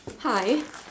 hi